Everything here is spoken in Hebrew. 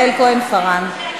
נא לעמוד בזמנים.